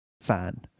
fan